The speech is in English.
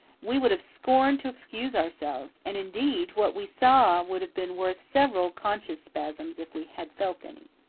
we would have scorned to excuse ourselves. and, indeed, what we saw would have been worth several conscience spasms if we had felt any.